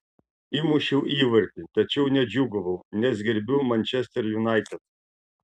įmušiau įvartį tačiau nedžiūgavau nes gerbiu manchester united